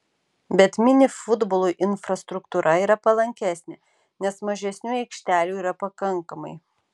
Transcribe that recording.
bet mini futbolui infrastruktūra yra palankesnė nes mažesniu aikštelių yra pakankamai